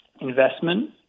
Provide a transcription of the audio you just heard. investment